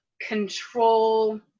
control